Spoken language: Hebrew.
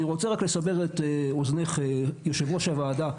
אני רוצה רק לסבר את אוזנך, יושבת ראש הוועדה.